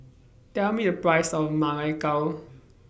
Tell Me The Price of Ma Lai Gao